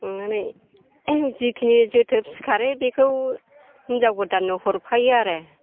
अननानै जिखिनि जोथोब सिखारो बेखौ हिनजाव गोदाननो हरफायो आरो